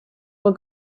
will